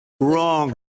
Wrong